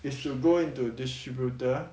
you should go into distributor